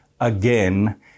again